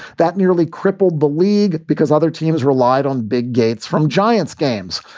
that nearly crippled the league because other teams relied on big gates from giants games.